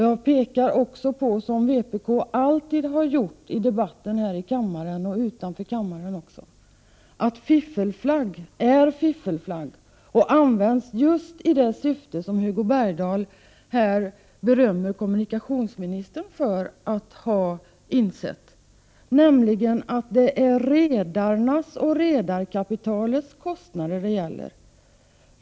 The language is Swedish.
Jag pekar också på, som vpk alltid gjort i debatten här i kammaren och utanför kammaren, att fiffelflagg är fiffelflagg och används i just det syfte Hugo Bergdahl berömmer kommunikationsministern för att ha insett, nämligen att det är redarnas och redarkapitalets kostnader det gäller.